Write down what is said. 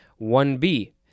1b